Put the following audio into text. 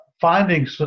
finding